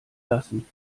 lassen